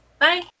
Bye